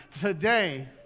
Today